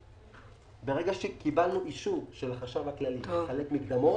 ברגע שקיבלנו אישור של החשב הכללי לחלק מקדמות,